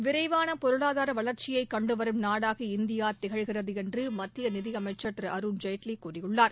விரைவான பொருளாதார வளர்ச்சியைக் கண்டுவரும் நாடாக இந்தியா திகழ்கிறது என்று மத்திய நிதி அமைச்சர் திரு அருண்ஜேட்லி கூறியுள்ளார்